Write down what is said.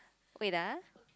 wait ah